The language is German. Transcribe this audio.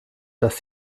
dass